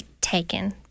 taken